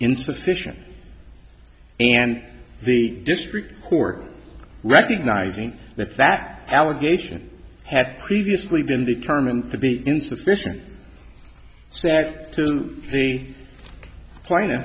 insufficient and the district court recognizing that that allegation had previously been determined to be insufficient said to the pla